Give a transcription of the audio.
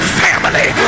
family